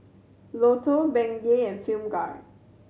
Lotto Bengay and Film Grade